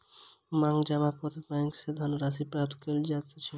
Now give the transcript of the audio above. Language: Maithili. मांग जमा पत्र सॅ बैंक में धन राशि प्राप्त कयल जाइत अछि